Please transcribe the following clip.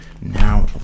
Now